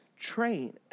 train